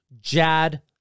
Jad